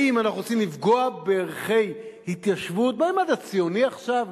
האם אנחנו רוצים לפגוע בערכי התיישבות במעמד הציוני עכשיו,